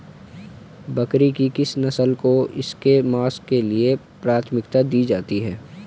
बकरी की किस नस्ल को इसके मांस के लिए प्राथमिकता दी जाती है?